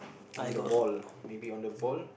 on the ball lah maybe on the ball